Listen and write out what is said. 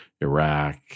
Iraq